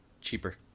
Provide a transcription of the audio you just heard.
cheaper